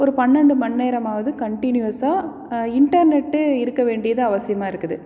ஒரு பன்னெண்டு மணி நேரமாவது கன்ட்யூனியஸாக இன்டர்நெட்டு இருக்க வேண்டியது அவசியமாக இருக்குது